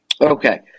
Okay